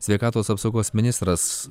sveikatos apsaugos ministras